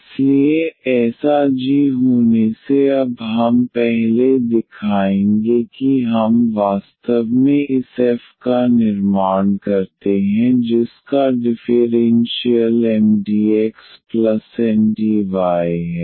इसलिए ऐसा g होने से अब हम पहले दिखाएंगे कि हम वास्तव में इस एफ का निर्माण करते हैं जिसका डिफ़ेरेन्शियल Mdx Ndy है